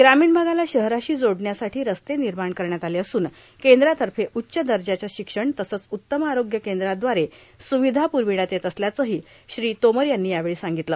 ग्रामीण भागाला शहराशी जोडण्यासाठी रस्ते निर्माण करण्यात आले असून केंद्रातर्फे उच्च दर्जाचं शिक्षण तसंच उत्तम आरोग्य केंद्राद्वारे सुविधा प्रखण्यात येत असल्याचंही श्री तोमर यांनी यावेळी सांगितलं